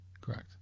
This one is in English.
Correct